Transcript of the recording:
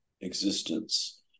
existence